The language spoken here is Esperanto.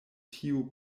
tiu